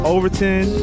Overton